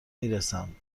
میرسم